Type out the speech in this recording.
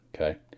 Okay